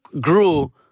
grew